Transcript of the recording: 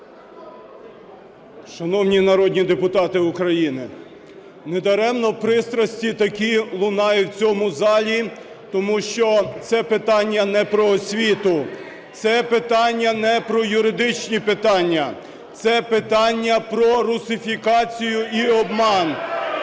Шановні народні депутати України! Недаремно пристрасті такі лунають у цьому залі, тому що це питання не про освіту, це питання не про юридичні питання – це питання про русифікацію і обман,